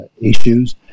issues